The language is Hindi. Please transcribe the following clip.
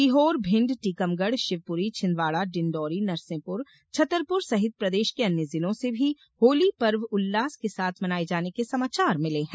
सीहोर भिण्ड टीकमगढशिवपुरी छिंदवाड़ा डिंडौरी नरसिंहपुर छतरपुर सहित प्रदेश के अन्य जिलों से भी होली पर्व उल्लास के साथ मनाये जाने के समाचार मिले है